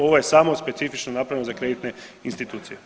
Ovo je samo specifično napravljeno za kreditne institucije.